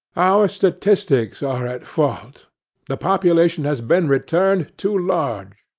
our statistics are at fault the population has been returned too large.